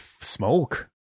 smoke